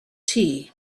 tea